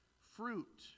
fruit